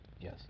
Yes